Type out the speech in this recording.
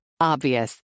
Obvious